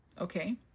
Okay